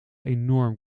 enorm